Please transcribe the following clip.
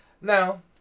Now